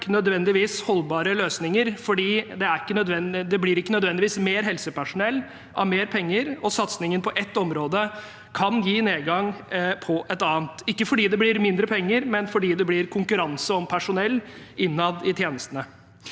mer trykk nødvendigvis holdbare løsninger, for det blir ikke nødvendigvis mer helsepersonell av mer penger, og satsingen på ett område kan gi en nedgang på et annet – ikke fordi det blir mindre penger, men fordi det blir konkurranse om personell innad i tjenestene.